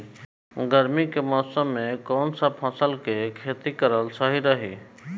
गर्मी के मौषम मे कौन सा फसल के खेती करल सही रही?